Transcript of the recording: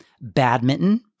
badminton